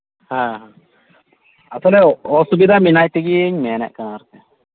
ᱦᱮᱸ ᱦᱮᱸ ᱟᱥᱚᱞᱮ ᱚᱥᱩᱵᱤᱫᱷᱟ ᱢᱮᱱᱟᱭ ᱛᱮᱜᱤᱧ ᱢᱮᱱ ᱮᱫ ᱠᱟᱱᱟ ᱟᱨᱠᱤ